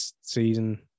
season